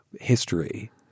history –